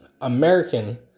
American